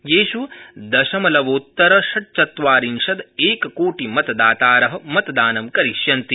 येष् दशमलवोत्तर षट्चत्वारिंशदेककोटिमतदातार मतदानं करिष्यन्ति